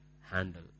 handle